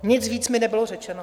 Nic víc mi nebylo řečeno.